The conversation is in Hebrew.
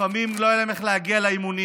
לפעמים לא היה להם איך להגיע לאימונים,